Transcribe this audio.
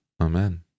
Amen